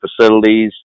facilities